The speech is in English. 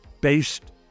based